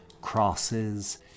crosses